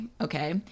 Okay